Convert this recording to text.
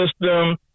system